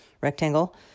rectangle